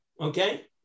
okay